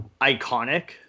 iconic